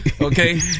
Okay